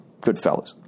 Goodfellas